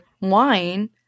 wine